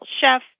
chef